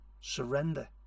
surrender